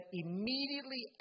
immediately